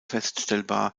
feststellbar